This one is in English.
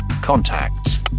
Contacts